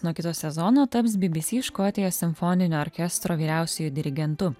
nuo kito sezono taps bbc škotijos simfoninio orkestro vyriausiuoju dirigentu